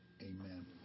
Amen